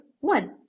one